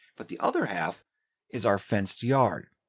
but the other half is our fenced yard.